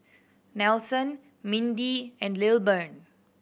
Nelson Mindy and Lilburn